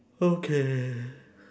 okay